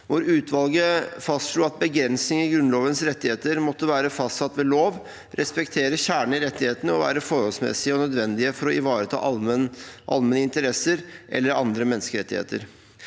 utvalget fastslo at begrensninger i Grunnlovens rettigheter måtte være fastsatt ved lov, respektere kjernen i rettighetene og være forholdsmessige og nødvendige for å ivareta allmenne interesser eller andre menneskerettigheter.